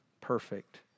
perfect